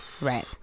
Right